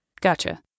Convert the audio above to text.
Gotcha